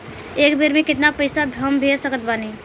एक बेर मे केतना पैसा हम भेज सकत बानी?